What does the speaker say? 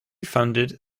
funded